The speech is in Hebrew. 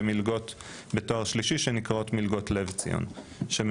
ומלגות בתואר שלישי שנקראות מלגות לב ציון שכל